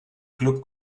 club